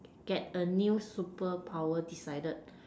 get a new superpower decided